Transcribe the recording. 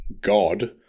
God